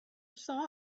saw